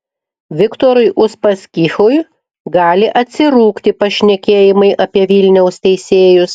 viktorui uspaskichui gali atsirūgti pašnekėjimai apie vilniaus teisėjus